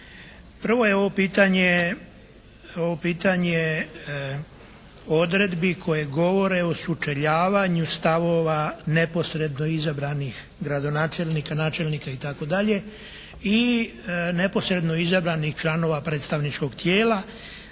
pitanje, ovo pitanje odredbi koje govore o sučeljavanju stavova neposredno izabranih gradonačelnika, načelnika i tako dalje. I neposredno izabranih članova predstavničkog tijela.